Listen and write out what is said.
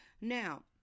Now